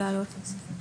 נעלה אותו.